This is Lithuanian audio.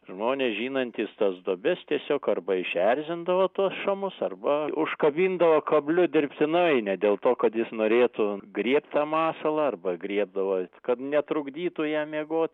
žmonės žinantys tas duobes tiesiog arba išerzindavo tuos šamus arba užkabindavo kabliu dirbtinai ne dėl to kad jis norėtų griebt tą masalą arba griebdavo kad netrukdytų jam miegot